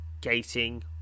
gating